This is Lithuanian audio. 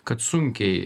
kad sunkiai